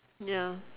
ya